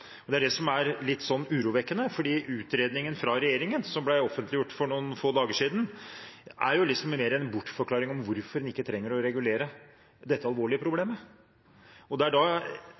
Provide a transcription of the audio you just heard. Det er litt urovekkende at utredningen fra regjeringen som ble offentliggjort for noen få dager siden, er liksom mer en bortforklaring av hvorfor man ikke trenger å regulere dette alvorlige problemet.